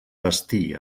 vestir